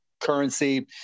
currency